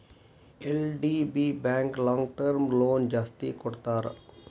LDB bank long term loan ಜಾಸ್ತಿ ಕೊಡ್ತಾರ